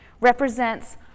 represents